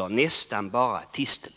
i dag nästan bara tistlar.